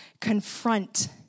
confront